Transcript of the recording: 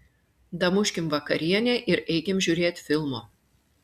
damuškim vakarienę ir eikim žiūrėt filmo